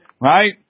right